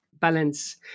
balance